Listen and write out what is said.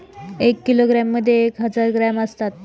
एक किलोग्रॅममध्ये एक हजार ग्रॅम असतात